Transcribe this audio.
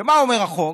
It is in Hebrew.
ומה אומר החוק?